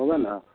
होगा ना